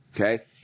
Okay